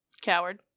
Coward